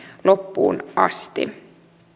loppuun asti